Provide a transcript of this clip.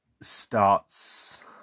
starts